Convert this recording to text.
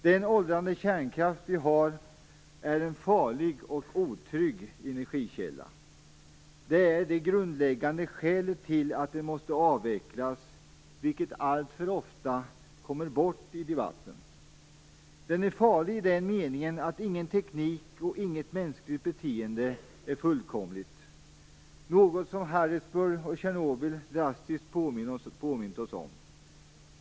Den åldrande kärnkraft vi har är en farlig och otrygg energikälla. Det är det grundläggande skälet till att den måste avvecklas, vilket alltför ofta kommer bort i debatten. Den är farlig i den meningen att ingen teknik och inget mänskligt beteende är fullkomligt, något som Harrisburg och Tjernobyl drastiskt påmint oss om.